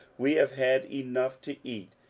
we have had enough to eat,